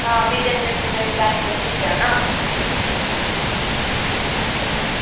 आं भी जंदे जंदे टाईम लग्गी गै जाना